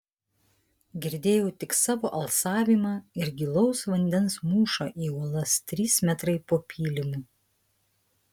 girdėjau tik savo alsavimą ir gilaus vandens mūšą į uolas trys metrai po pylimu